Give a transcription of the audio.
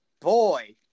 boy